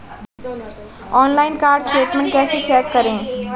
Online card statement कैसे check करें?